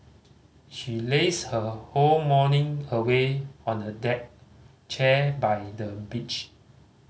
she lazed her whole morning away on the deck chair by the beach